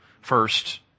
first